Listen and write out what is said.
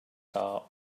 heart